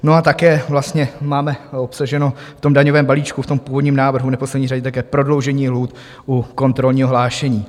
A také vlastně máme obsaženo v tom daňovém balíčku, v tom původním návrhu, v neposlední řadě také prodloužení lhůt u kontrolního hlášení.